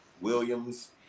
Williams